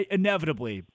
inevitably –